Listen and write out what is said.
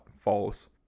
false